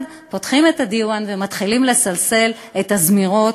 פותחים את הדיוואן ומתחילים לסלסל את הזמירות.